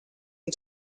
and